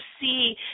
see